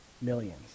millions